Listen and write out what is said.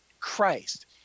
Christ